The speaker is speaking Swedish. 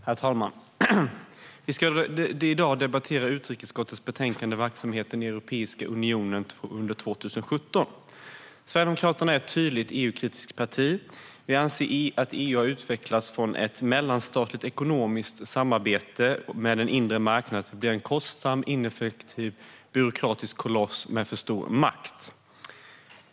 Herr talman! Vi ska i dag debattera utrikesutskottets betänkande Verksamheten i Europeiska unionen under 2017 . Sverigedemokraterna är ett tydligt EU-kritiskt parti. Vi anser att EU har utvecklats från att vara ett mellanstatligt ekonomiskt samarbete med en inre marknad till att bli en kostsam ineffektiv byråkratisk koloss med för stor makt.